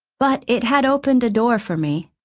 but it had opened a door for me.